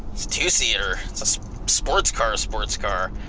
it's two seater, it's a sports car, sports car.